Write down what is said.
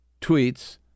tweets